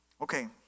Okay